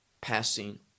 passing